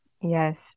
Yes